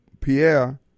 Pierre